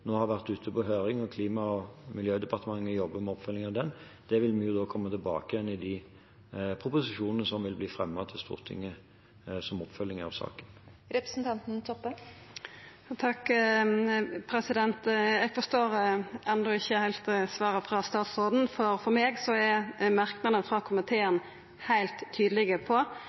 har vært ute på høring – Klima- og miljødepartementet jobber med oppfølgingen av den – vil vi komme tilbake til i de proposisjonene som vil bli fremmet for Stortinget som oppfølging av saken. Takk. Eg forstår enno ikkje heilt svaret frå statsråden. For meg er merknaden frå komiteen heilt tydeleg: Komiteen understrekar at det hastar med å få på